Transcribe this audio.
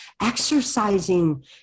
exercising